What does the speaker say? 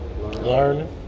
Learning